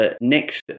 next